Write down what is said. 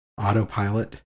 autopilot